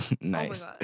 Nice